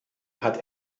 hat